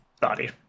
body